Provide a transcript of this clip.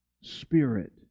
spirit